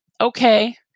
okay